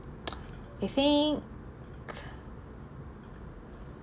I think